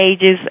ages